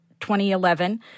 2011